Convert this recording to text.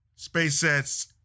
SpaceX